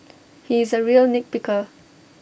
he is A real nit picker